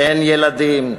אין ילדים,